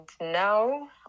now